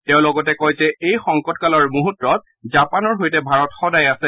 তেওঁ লগতে কয় যে এই সংকটকালৰ মূহৰ্তত জাপানৰ সৈতে ভাৰত সদাই আছে